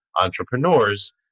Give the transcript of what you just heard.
entrepreneurs